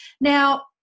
now